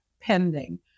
pending